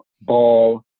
Ball